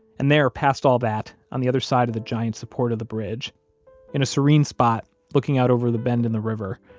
and there, past all that, on the other side of the giant support of the bridge in a serene spot looking out over the bend in the river,